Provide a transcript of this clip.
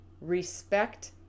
respect